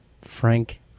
frank